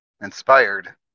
inspired